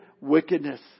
wickedness